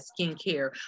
skincare